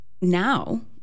now